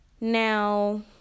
Now